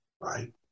right